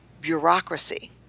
bureaucracy